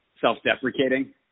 self-deprecating